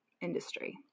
industry